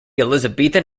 elizabethan